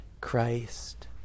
Christ